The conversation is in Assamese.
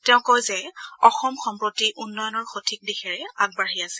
তেওঁ কয় যে অসম সম্প্ৰতি উন্নয়নৰ সঠিক দিশেৰে আগবাঢ়ি আছে